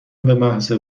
بمحض